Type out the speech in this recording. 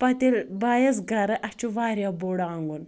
پَتہٕ ییٚلہِ بہٕ آیَس گَھرٕ اسہِ چھُ واریاہ بوٚڑ آنٛگُن